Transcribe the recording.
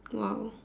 !wow!